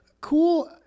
cool